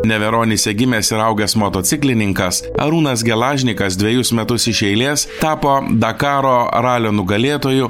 neveronyse gimęs ir augęs motociklininkas arūnas gelažnikas dvejus metus iš eilės tapo dakaro ralio nugalėtoju